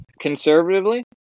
conservatively